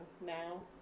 now